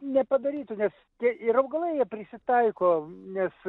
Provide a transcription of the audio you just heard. nepadarytų nes tie ir augalai prisitaiko nes